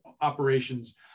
operations